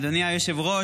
אדוני היושב-ראש,